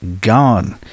gone